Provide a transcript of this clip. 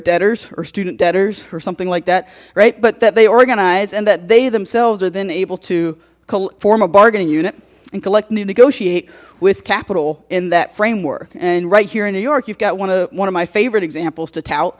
debtors or student debtors or something like that right but that they organize and that they themselves are then able to form a bargaining unit and collecting to negotiate with capital in that framework and right here in new york you've got one of one of my favorite examples to tout